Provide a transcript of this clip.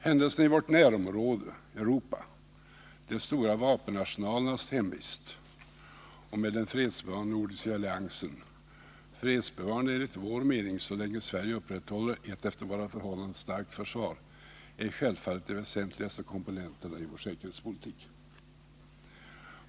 Händelserna i vårt närområde, Europa, den stora vapenarsenalens hemvist och med den fredsbevarande nordiska alliansen — enligt vår mening fredsbevarande så länge Sverige upprätthåller ett efter våra förhållanden starkt försvar — är självfallet de väsentligaste påverkande faktorerna när det gäller vår säkerhetspolitik.